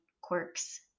quirks